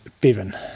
Bevan